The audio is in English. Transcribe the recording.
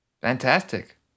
Fantastic